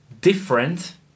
different